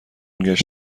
ﮔﺸﺘﯿﻢ